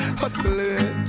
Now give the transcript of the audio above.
hustling